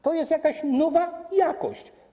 To jest jakaś nowa jakość.